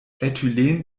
äthylen